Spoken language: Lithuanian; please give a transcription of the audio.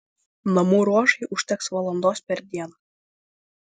namų ruošai užteks valandos per dieną